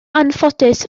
anffodus